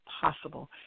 possible